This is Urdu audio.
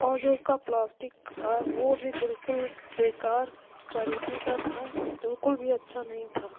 اور جو اس کا پلاسٹک تھا وہ بھی بالکل بیکار کوالٹی کا تھا بالکل بھی اچھا نہیں تھا